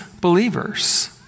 believers